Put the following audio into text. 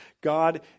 God